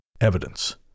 evidence